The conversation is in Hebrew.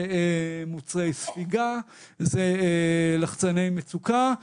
מוצרי ספיגה, לחצני מצוקה,